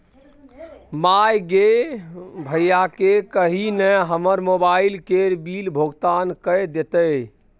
माय गे भैयाकेँ कही न हमर मोबाइल केर बिल भोगतान कए देतै